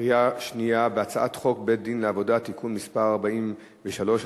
בקריאה שנייה על הצעת חוק בית-הדין לעבודה (תיקון מס' 43),